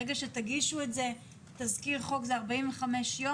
ברגע שתגישו את זה, תזכיר חוק זה 45 יום.